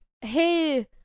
hey